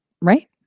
right